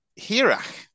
Hirach